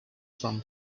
from